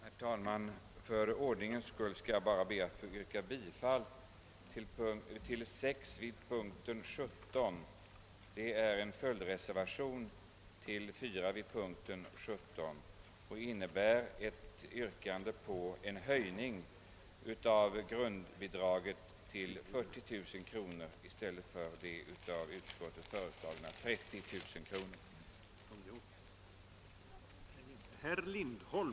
Herr talman! För ordningens skull skall jag bara be att få yrka bifall till reservationen 6 a vid punkten 17. Den är en följdreservation till reservationen 4 vid punkten 17 och innebär yrkande om en höjning av grundbidraget till 40 000 kronor i stället för av utskottet föreslagna 30000 kronor.